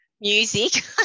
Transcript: music